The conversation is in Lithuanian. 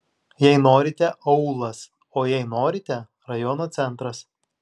jei norite aūlas o jei norite rajono centras